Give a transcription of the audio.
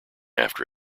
after